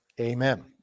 amen